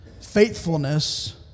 faithfulness